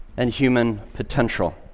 and human potential.